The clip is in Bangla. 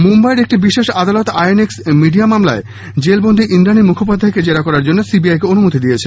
মুম্বাইয়ের একটি বিশেষ আদালত আইএনএক্স মিডিয়া মামলায় জেলবন্দী ইন্দ্রানী মুখোপাধ্যায়কে জেরা করার জন্য সিবিআই কে অনুমতি দিয়েছে